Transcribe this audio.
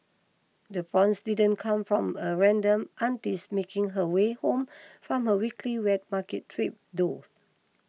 the prawns didn't come from a random auntie's making her way home from her weekly wet market trip though